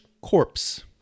corpse